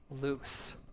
loose